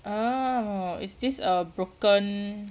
oh is this a broken